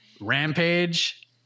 Rampage